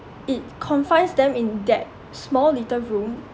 it confines them in that small little room